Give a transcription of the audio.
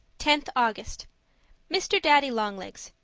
tenth august mr. daddy-long-legs,